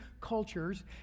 cultures